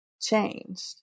changed